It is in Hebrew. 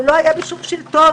לא היה בשום שלטון,